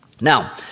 Now